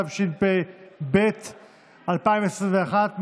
התשפ"ב 2021,